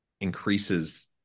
increases